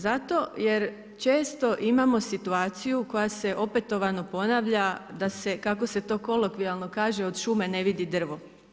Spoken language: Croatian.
Zato jer često imamo situaciju koja se opetovano ponavlja, da se kako se to kolokvijalno kaže od šume ne vidi drvo.